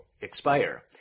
expire